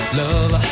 love